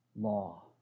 law